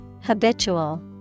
Habitual